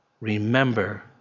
remember